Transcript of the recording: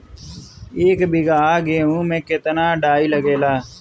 एक बीगहा गेहूं में केतना डाई लागेला?